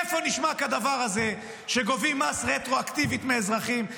איפה נשמע כדבר הזה שגובים מס רטרואקטיבי מהאזרחים?